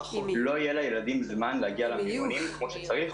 לא יהיה לילדים זמן להגיע למיונים כמו שצריך,